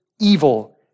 evil